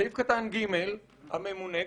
סעיף קטן ג' "הממונה",